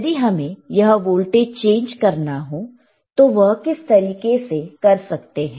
यदि हमें यह वोल्टेज चेंज करना हो तो वह किस तरीके से कर सकते हैं